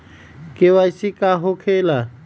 KYC का हो के ला?